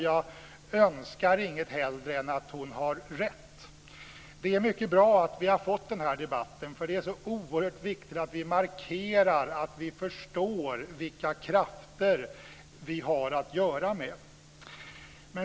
Jag önskar inget hellre än att hon har rätt. Det är bra att vi har fått denna debatt. Det är så oerhört viktigt att vi markerar att vi förstår vilka krafter vi har att göra med.